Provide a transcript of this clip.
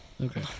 Okay